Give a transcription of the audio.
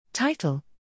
Title